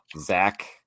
Zach